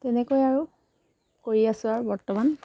তেনেকৈ আৰু কৰি আছো আৰু বৰ্তমান